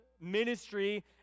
ministry